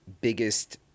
biggest